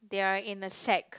they are in a sack